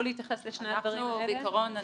בעיקרון,